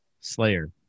Slayer